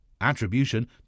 attribution